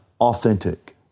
authentic